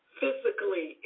physically